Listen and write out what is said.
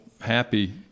happy